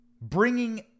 bringing